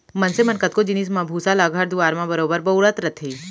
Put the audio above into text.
मनसे मन कतको जिनिस म भूसा ल घर दुआर म बरोबर बउरत रथें